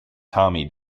tommy